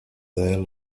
their